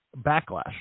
backlash